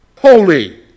holy